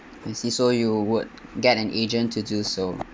I see so you would get an agent to do so